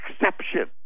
exception